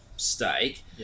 steak